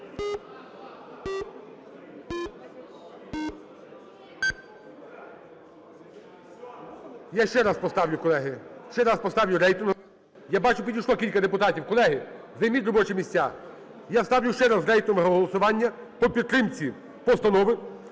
Я ще раз поставлю, колеги, ще раз поставлю рейтингове. Я бачу, підійшло кілька депутатів. Колеги, займіть робочі місця, я ставлю ще раз рейтингове голосування по підтримці постанови